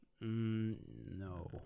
No